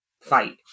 fight